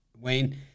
Wayne